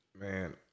Man